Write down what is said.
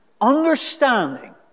Understanding